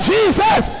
Jesus